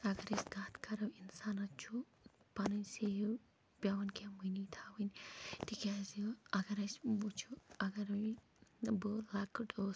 اَگر أسۍ کَتھ کَرو اِنسانَس چھِ پَنٕنۍ سیو پیٚوان کیٚنٛہہ مٔنی تھاوٕنۍ تِکیٛازِ اَگر اسہِ وُچھہٕ اَگرٔے بہٕ لۄکٕٹۍ ٲسٕس